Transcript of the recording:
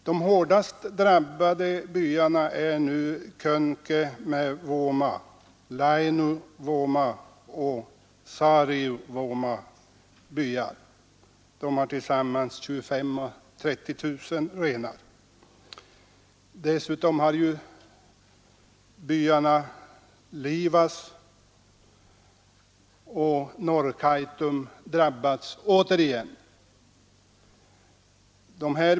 De hårdast drabbade byarna är nu Könkämävuoma, Lainiovuoma och Saarivuoma, som tillsammans har 25 000-30 000 renar. Dessutom har byarna Laevas och Norrkaitum återigen drabbats.